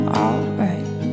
alright